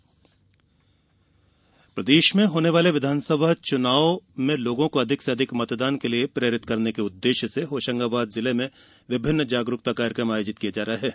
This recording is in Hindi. स्वीप अभियान प्रदेश में होने वाले विधानसभा चुनाव में लोगों को अधिक से अधिक मतदान के लिये प्रेरित करने के उद्वेश्य से होशंगाबाद जिले में विभिन्न जागरूकता कार्यक्रम आयोजित किये जा रहे हैं